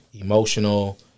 emotional